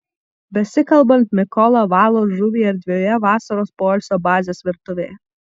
besikalbant mikola valo žuvį erdvioje vasaros poilsio bazės virtuvėje